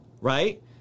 right